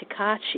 Takashi